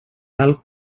tal